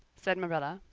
said marilla,